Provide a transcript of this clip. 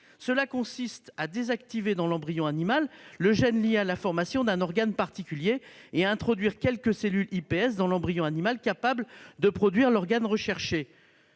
Cela consiste à désactiver dans l'embryon animal le gène lié à la formation d'un organe particulier et à introduire quelques cellules iPS dans l'embryon animal capable de produire l'organe recherché.